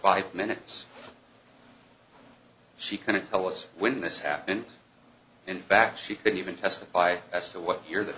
five minutes she couldn't tell us when this happened and back she could even testify as to what here that